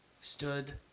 stood